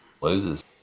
loses